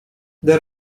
del